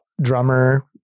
drummer